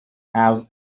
have